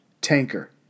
tanker